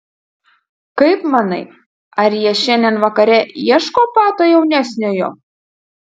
kaip manai ar jie šiandien vakare ieško pato jaunesniojo